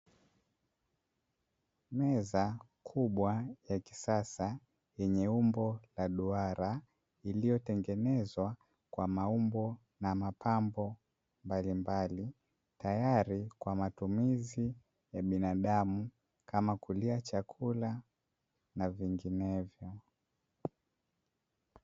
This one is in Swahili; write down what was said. Meza kubwa ya kisasa yenye umbo la duara iliyotengenezwa kwa maumbo na mapambo mbalimbali, tayari kwa matumizi ya binadamu kama kulia chakula na vinginevyo.